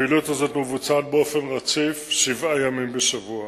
הפעילות הזאת מבוצעת באופן רציף שבעה ימים בשבוע.